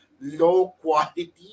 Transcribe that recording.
low-quality